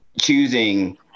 choosing